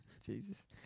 Jesus